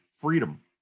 freedom